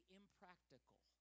impractical